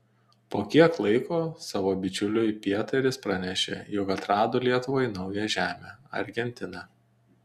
po kiek laiko savo bičiuliui pietaris pranešė jog atrado lietuvai naują žemę argentiną